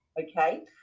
Okay